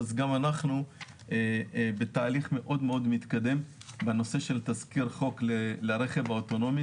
אנחנו בתהליך מאוד מתקדם בנושא של תזכיר חוק לרכב האוטונומי,